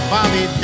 Bobby